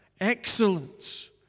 excellence